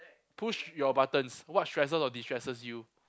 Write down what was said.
push your buttons what stresses or de-stresses you